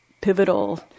pivotal